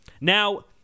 Now